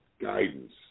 guidance